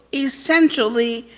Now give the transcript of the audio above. essentially,